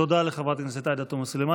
תודה לחברת הכנסת עאידה תומא סלימאן.